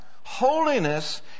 Holiness